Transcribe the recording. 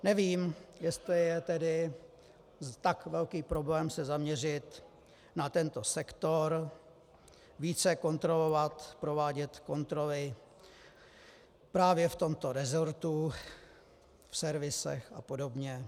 Nevím, jestli je tedy tak velký problém se zaměřit na tento sektor, více kontrolovat, provádět kontroly právě v tomto resortu, v servisech a podobně.